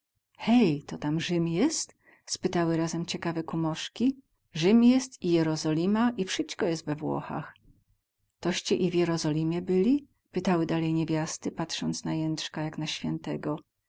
hej to tam rzym jest spytały razem ciekawe kumoszki rzym jest i jerozolima i wsyćko jest we włochach toście i w jerozolimie byli pytały dalej niewiasty patrząc na jędrzka jako na świętego